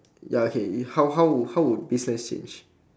ya K how how how would how would business change